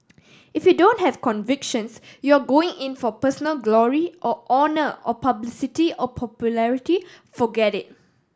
if you don't have convictions you are going in for personal glory or honour or publicity or popularity forget it